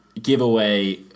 Giveaway